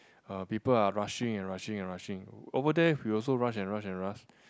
uh people are rushing and rushing and rushing over there we also rush and rush and rush